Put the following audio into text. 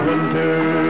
Winter